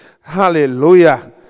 Hallelujah